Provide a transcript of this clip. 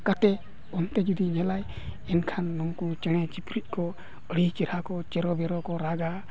ᱠᱟᱛᱮᱫ ᱚᱱᱛᱮ ᱡᱩᱫᱤ ᱧᱮᱞᱟᱭ ᱮᱱᱠᱷᱟᱱ ᱱᱩᱠᱩ ᱪᱮᱬᱮ ᱪᱤᱯᱨᱩᱫ ᱠᱚ ᱟᱹᱰᱤ ᱪᱮᱦᱨᱟ ᱠᱚ ᱪᱮᱨᱚ ᱵᱮᱨᱚ ᱠᱚ ᱨᱟᱜᱟ